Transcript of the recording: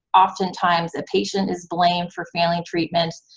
oftentimes a patient is blamed for failing treatment.